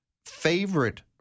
favorite